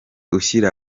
ushyira